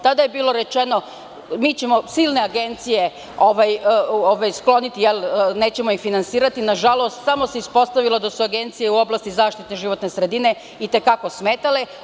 Tada je bilo rečeno – mi ćemo silne agencije skloniti, nećemo ih finansirati, nažalost, samo se ispostavilo da su agencije u oblasti zaštite životne sredine i te kako smetale.